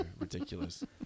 Ridiculous